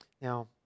Now